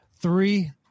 three